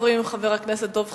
ראשון הדוברים, חבר הכנסת דב חנין,